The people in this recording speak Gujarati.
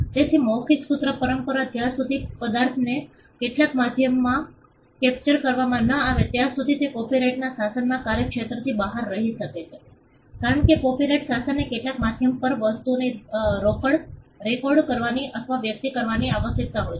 તેથી મૌખિક સૂત્ર પરંપરા જ્યાં સુધી પદાર્થને કેટલાક માધ્યમમાં કેપ્ચર કરવામાં ન આવે ત્યાં સુધી તે કોપિરાઇટ શાસનના કાર્યક્ષેત્રની બહાર રહી શકે છે કારણ કે કોપિરાઇટ શાસનને કેટલીક માધ્યમ પર વસ્તુઓ રેકોર્ડ કરવાની અથવા વ્યક્ત કરવાની આવશ્યકતા હોય છે